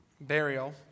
burial